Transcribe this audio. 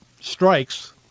strikes